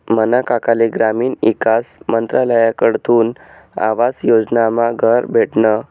मना काकाले ग्रामीण ईकास मंत्रालयकडथून आवास योजनामा घर भेटनं